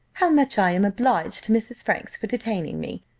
how much i am obliged to mrs. franks for detaining me!